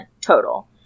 total